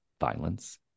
violence